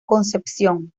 concepción